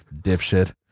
dipshit